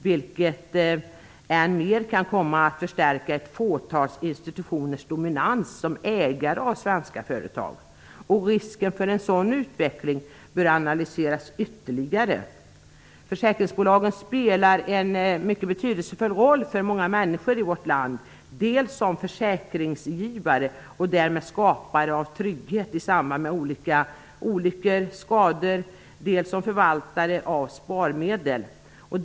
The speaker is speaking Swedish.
Detta kan komma att än mer förstärka ett fåtal institutioners dominans som ägare av svenska företag. Risken för en sådan utveckling bör analyseras ytterligare. Försäkringsbolagen spelar en mycket betydelsefull roll för många människor i vårt land, dels som försäkringsgivare och därmed skapare av trygghet i samband med olika olyckor och skador, dels som förvaltare av sparmedel.